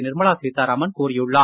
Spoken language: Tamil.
நிர்மலா சீத்தாராமன் கூறியுள்ளார்